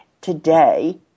today